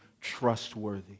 trustworthy